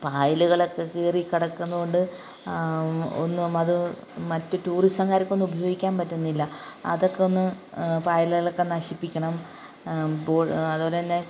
പായലുകളൊക്കെ കയറിക്കിടക്കുന്നുണ്ട് ഒന്നും അതു മറ്റു ടൂറിസംകാർക്കൊന്നും ഉപയോഗിക്കാൻ പറ്റുന്നില്ല അതൊക്കെയൊന്ന് പായലുകളൊക്കെ നശിപ്പിക്കണം ബോ അതു പോലെ തന്നെ